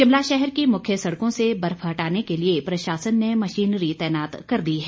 शिमला शहर की मुख्य सड़कों से बर्फ हटाने के लिए प्रशासन ने मशीनरी तैनात कर दी है